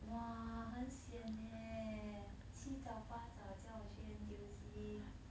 !wah! 很 sian leh 七早八早叫我去 N_T_U_C